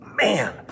man